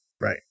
Right